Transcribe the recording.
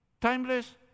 timeless